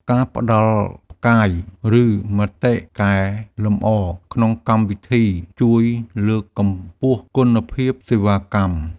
ការផ្តល់ផ្កាយ ឬមតិកែលម្អក្នុងកម្មវិធី ជួយលើកកម្ពស់គុណភាពសេវាកម្ម។